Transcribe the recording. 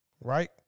Right